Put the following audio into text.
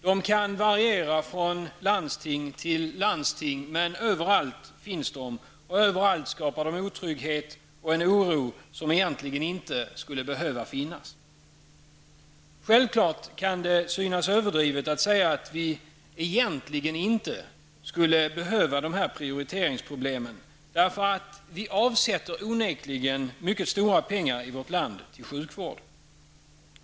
De kan variera från landsting till landsting, men överallt finns de, och överallt skapar de en otrygghet och en oro som egentligen inte skulle behöva finnas. Självfallet kan det synas överdrivet att säga att vi egentligen inte skulle behöva de här prioriteringsproblemen. Vi avsätter onekligen mycket stora pengar i vårt land till sjukvård.